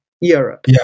Europe